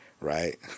Right